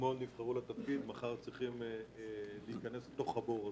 אתמול נבחרו לתפקיד ומחר צריכים להיכנס לתוך הבור הזה.